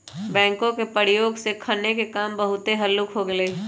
backhoe के प्रयोग से खन्ने के काम बहुते हल्लुक हो गेलइ ह